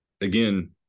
again